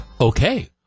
Okay